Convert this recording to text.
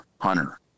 hunter